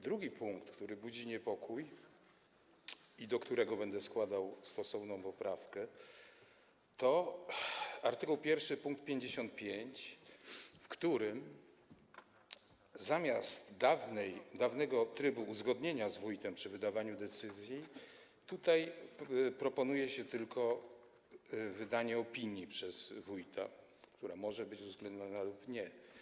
Drugi punkt, który budzi niepokój i do którego będę składał stosowną poprawkę, to art. 1 pkt 55, w którym zamiast dawnego trybu uzgodnienia z wójtem przy wydawaniu decyzji proponuje się tylko wydanie opinii przez wójta, która może być uwzględniona lub nie.